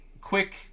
quick